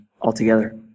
altogether